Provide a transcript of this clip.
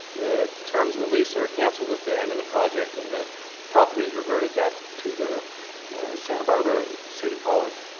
the terms of the lease are cancelled at the end of the project and the property is reverted back to the santa barbara city college.